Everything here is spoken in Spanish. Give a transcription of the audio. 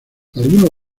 algunos